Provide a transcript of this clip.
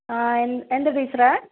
ആ എന് എന്താണ് ടീച്ചറേ